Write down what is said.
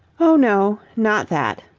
oh no, not that.